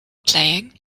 playing